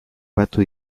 batu